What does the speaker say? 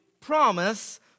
promise